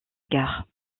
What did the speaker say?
gare